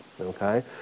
okay